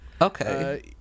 Okay